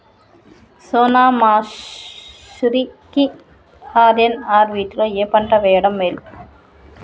సోనా మాషురి కి ఆర్.ఎన్.ఆర్ వీటిలో ఏ పంట వెయ్యడం మేలు?